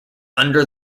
under